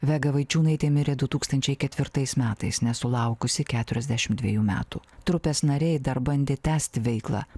vega vaičiūnaitė mirė du tūkstančiai ketvirtais metais nesulaukusi keturiasdešimt dvejų metų trupės nariai dar bandė tęsti veiklą